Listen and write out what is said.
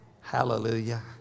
Hallelujah